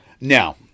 now